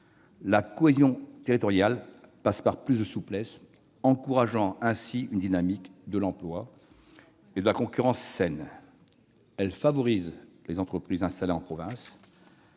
La cohésion territoriale passe par plus de souplesse, encourageant ainsi une dynamique de l'emploi et une concurrence saine. Elle favorise la vitalité des entreprises installées en province.